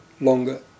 longer